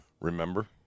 Remember